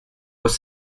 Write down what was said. was